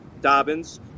Dobbins